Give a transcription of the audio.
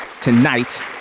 tonight